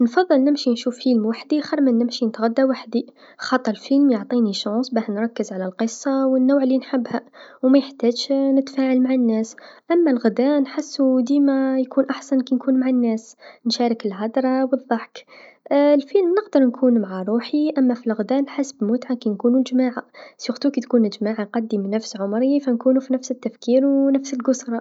نفضل نشوف فيلم وحدي خير من نتغذى وحدي، خاطر الفيلم يعطيني فرصه باش نركز على القصه و النوع لنحبها و ميحتاجش نتفاعل مع الناس، أما الغذا نحسو ديما يكون أحسن كنكون مع الناس، نشارك الهدرا و الضحك الفيلم نقدر نكون مع روحي، أما في الغذا نحس بالمتعه كنكونو جماعه خاصة كنكون الجماعه قدي من نفس عمري فنكونو في نفس التفكير و نفس القصرى.